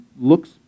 looks